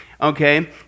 Okay